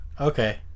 Okay